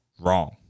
wrong